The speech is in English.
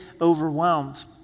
overwhelmed